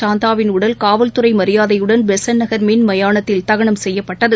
சாந்தாவின் உடல் சாவல்துறைமரியாதையுடன் பெசன்ட் நகர் மின் மயானத்தில் தகனம் செய்யப்பட்டது